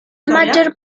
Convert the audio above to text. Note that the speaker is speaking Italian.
maggior